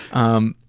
um,